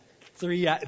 three